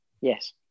Yes